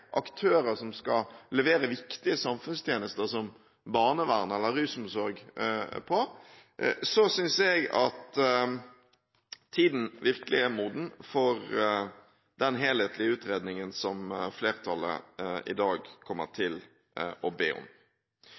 aktører som skal levere viktige samfunnstjenester, som innen barnevern eller rusomsorg, synes jeg at tiden virkelig er moden for den helhetlige utredningen som flertallet i dag kommer til å be om.